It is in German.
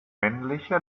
männliche